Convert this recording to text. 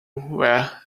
where